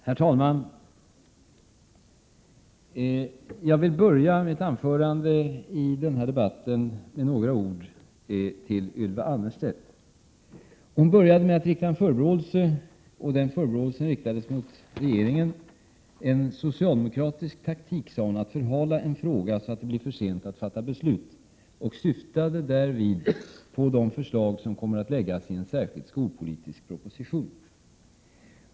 Herr talman! Jag vill inleda mitt anförande i denna debatt med några ord till Ylva Annerstedt. Hon började med att rikta en förebråelse mot regeringen och sade att det var en socialdemokratisk taktik att förhala en fråga så att det blir för sent att fatta beslut. Ylva Annerstedt syftade därvid på de förslag som kommer att läggas fram i en särskild skolpolitisk proposition.